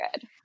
good